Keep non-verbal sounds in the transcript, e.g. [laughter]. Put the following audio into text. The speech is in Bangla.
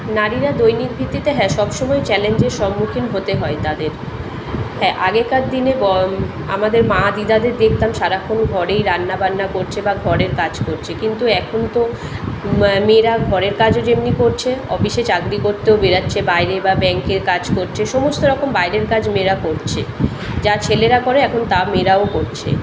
নারীরা দৈনিক ভিত্তিতে হ্যাঁ সব সময় চ্যালেঞ্জের সম্মুখীন হতে হয় তাদের হ্যাঁ আগেকার দিনে [unintelligible] আমাদের মা দিদাদের দেখতাম সারাক্ষণ ঘরেই রান্না বান্না করছে বা ঘরের কাজ করছে কিন্তু এখন তো মেয়েরা ঘরের কাজও যেমনি করছে অফিসে চাকরি করতেও বেরোচ্ছে বাইরে বা বাঙ্কের কাজ করছে সমস্ত রকম বাইরের কাজ মেয়েরা করছে যা ছেলেরা করে এখন তা মেয়েরাও করছে